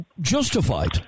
justified